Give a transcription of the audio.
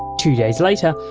two days later,